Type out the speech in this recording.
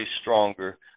stronger